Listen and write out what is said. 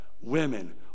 women